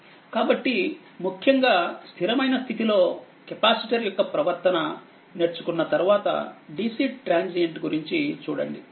కాబట్టి ముఖ్యంగా స్థిరమైన స్థితి లో కెపాసిటర్ యొక్క ప్రవర్తన నేర్చుకున్న తర్వాత DC ట్రాన్సియెంట్ గురించి చూడండి